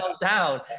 down